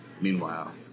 meanwhile